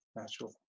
natural